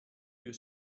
you